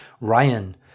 Ryan